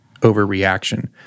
overreaction